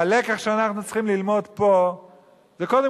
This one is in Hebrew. הלקח שאנחנו צריכים ללמוד פה זה קודם